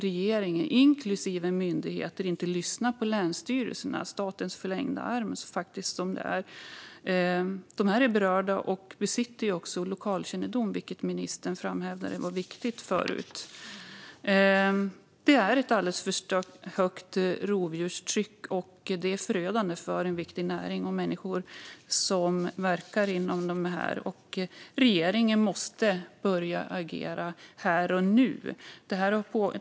Regeringen och myndigheter lyssnar inte på länsstyrelserna. De är faktiskt statens förlängda arm. De är berörda och besitter lokalkännedom, vilket ministern förut framhöll var viktigt. Det är ett alldeles för högt rovdjurstryck, och det är förödande för en viktig näring och för människor som verkar inom den. Regeringen måste börja agera här och nu.